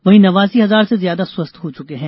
वहीं नवासी हजार से ज्यादा स्वस्थ हो चुके हैं